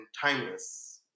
timeless